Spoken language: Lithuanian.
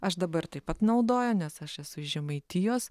aš dabar taip pat naudoju nes aš esu žemaitijos